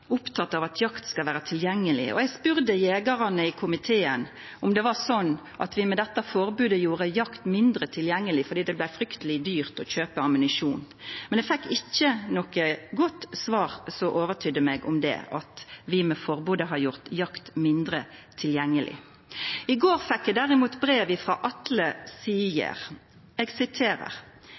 av at jakt skal vera tilgjengeleg. Eg spurde jegerane i komiteen om det var sånn at vi med dette forbodet gjorde jakt mindre tilgjengeleg, fordi det blei frykteleg dyrt å kjøpa ammunisjon. Men eg fekk ikkje noko godt svar som overtydde meg om at vi med forbodet har gjort jakt mindre tilgjengeleg. I går fekk eg derimot brev frå Atle